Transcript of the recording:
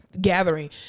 gathering